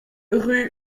rue